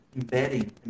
embedding